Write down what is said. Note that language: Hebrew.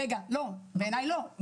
בעיניי לא.